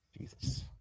Jesus